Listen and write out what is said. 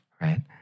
right